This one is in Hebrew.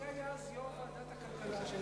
מי היה אז יושב-ראש ועדת הכלכלה?